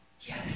Yes